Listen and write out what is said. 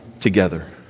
together